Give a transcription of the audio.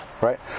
Right